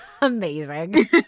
amazing